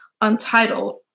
untitled